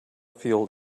field